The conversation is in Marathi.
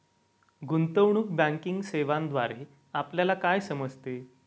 गुंतवणूक बँकिंग सेवांद्वारे आपल्याला काय समजते?